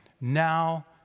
now